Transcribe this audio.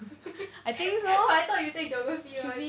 but I thought you take geography [one]